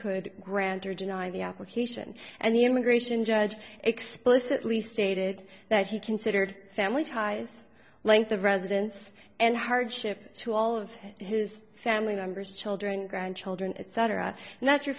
could grant or deny the application and the immigration judge explicitly stated that he considered family ties length of residence and hardship to all of his family members children grandchildren etc and that's